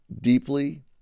deeply